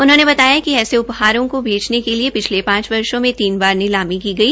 उन्होंने बताया कि ऐसे उपहारों को बेचने के लिए पिछले पांच वर्षो में तीन बार नीलामी की गई